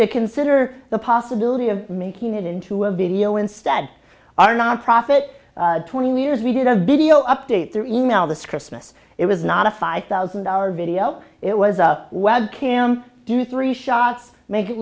to consider the possibility of making it into a video instead are nonprofit twenty years we did a video update through email this christmas it was not a five thousand dollars video it was a webcam do three shots make it